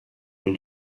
une